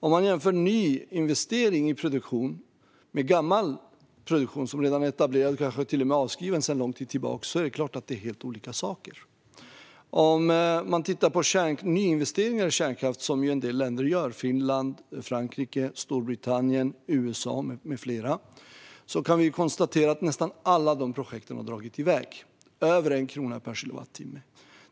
Det är klart att investeringar i ny produktion och investeringar i gammal, redan etablerad produktion, som kanske till och med är avskriven sedan lång tid tillbaka, är helt olika saker. Om vi tittar på nyinvesteringar i kärnkraft, som länder som Finland, Frankrike, Storbritannien, USA med flera gör, kan vi konstatera att nästan alla projekt har dragit i väg - över 1 krona per kilowattimme.